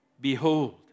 behold